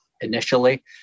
initially